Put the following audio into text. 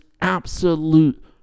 absolute